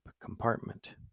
compartment